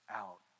out